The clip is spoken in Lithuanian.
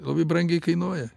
labai brangiai kainuoja